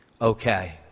okay